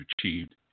achieved